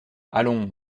allons